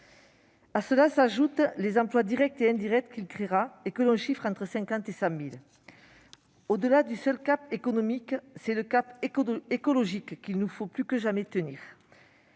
À cela s'ajoutent les emplois directs et indirects qu'il créera, que l'on chiffre entre 50 000 et 100 000. Au-delà du cap économique, c'est le cap écologique qu'il nous faut plus que jamais tenir.